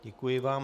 Děkuji vám.